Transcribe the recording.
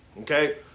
okay